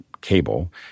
cable